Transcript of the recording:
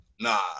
nah